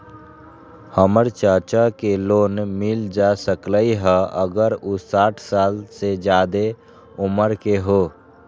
हमर चाचा के लोन मिल जा सकलई ह अगर उ साठ साल से जादे उमर के हों?